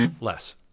Less